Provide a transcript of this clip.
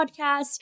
podcast